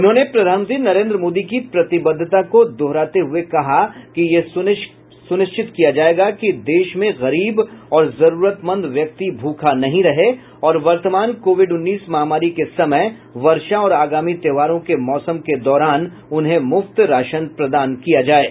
उन्होंने प्रधानमंत्री नरेंद्र मोदी की प्रतिबद्धता को दोहराते हुए कहा कि यह सुनिश्चित किया जाएगा कि देश में गरीब और जरूरतमंद व्यक्ति भूखा नहीं रहे और वर्तमान कोविड उन्नीस महामारी के समय वर्षा और आगामी त्योहारों के मौसम के दौरान उन्हें मूफ्त राशन प्रदान किया जाएगा